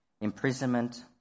imprisonment